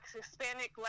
Hispanic